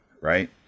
right